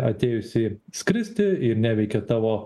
atėjusį skristi ir neveikia tavo